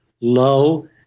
low